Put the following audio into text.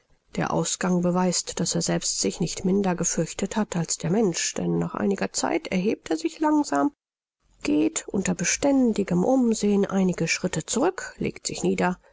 der ausgang beweist daß er selbst sich nicht minder gefürchtet hat als der mensch denn nach einiger zeit erhebt er sich langsam geht unter beständigem umsehen einige schritte zurück legt sich wieder